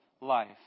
life